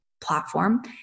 platform